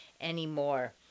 anymore